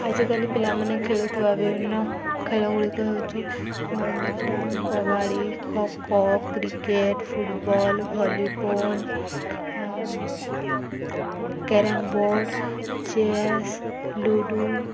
ଆଜିକାଲି ପିଲାମାନେ ଖେଳୁଥିବା ବିଭିନ୍ନ ଖେଳଗୁଡ଼ିକ ହେଉଛି badminton kabaddi khokho cricket football volleyball carrom board chess ludo